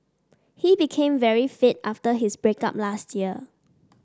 he became very fit after his break up last year